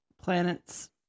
planets